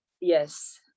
Yes